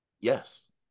yes